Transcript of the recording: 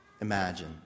imagine